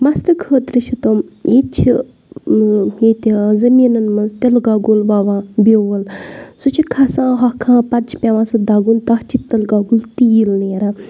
مَستہٕ خٲطرٕ چھِ تِم یہِ چھِ ییٚتہِ زٔمیٖنَن منٛز تِلہٕ گَۄگُل وَوان بیول سُہ چھِ کھَسان ہۄکھان پَتہٕ چھِ پیٚوان سُہ دَگُن تَتھ چھِ تِلہٕ گَۄگُل تیٖل نیران